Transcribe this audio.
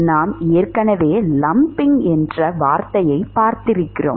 நாம் ஏற்கனவே லம்ம்பிங் என்ற வார்த்தையைப் பார்த்திருக்கிறோம்